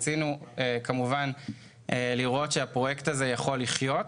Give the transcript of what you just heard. רצינו כמובן לראות שהפרויקט הזה יכול לחיות.